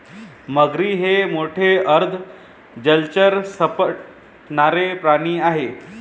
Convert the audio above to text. मगरी हे मोठे अर्ध जलचर सरपटणारे प्राणी आहेत